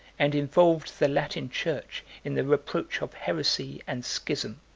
and involved the latin church in the reproach of heresy and schism.